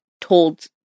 told